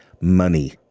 money